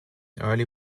early